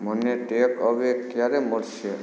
મને takeaway ક્યારે મળશે